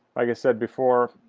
i said before,